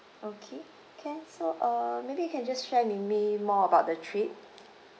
okay can so uh maybe you can just share with me more about the trip